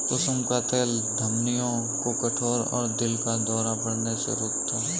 कुसुम का तेल धमनियों को कठोर और दिल का दौरा पड़ने से रोकता है